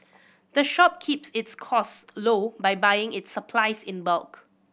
the shop keeps its cost low by buying its supplies in bulk